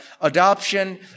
adoption